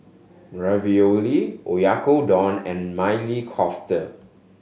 Ravioli Oyakodon and Maili Kofta